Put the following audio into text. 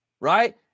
right